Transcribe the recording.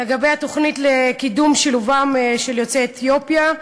לגבי התוכנית לקידום שילובם של יוצאי אתיופיה,